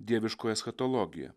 dieviškoji eschatologija